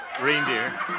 Reindeer